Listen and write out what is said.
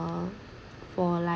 uh for like